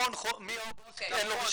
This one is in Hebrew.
עכשיו בוא תענה -- למה לרון מאוגוסט אין רישיון?